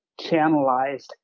channelized